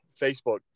Facebook